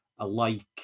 alike